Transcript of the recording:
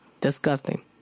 disgusting